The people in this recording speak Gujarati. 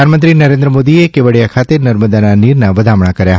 પ્રધાનમંત્રી નરેન્દ્ર મોદીએ કેવડિયા ખાતે નર્મદા નીરના વધામણા કર્યા